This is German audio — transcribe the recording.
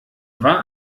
war